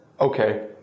okay